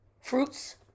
fruits